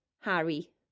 Harry